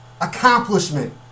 accomplishment